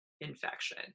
Infection